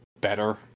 better